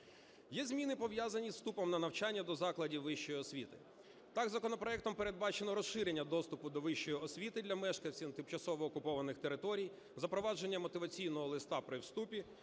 Є зміни, пов'язані зі вступом на навчання до закладів вищої освіти. Так, законопроектом передбачено розширення доступу до вищої освіти для мешканців тимчасово окупованих територій, запровадження мотиваційного листа при вступі,